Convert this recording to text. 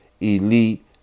elite